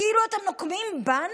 כאילו אתם נוקמים בנו.